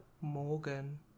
morgan